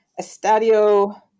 Estadio